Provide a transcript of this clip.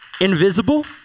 Invisible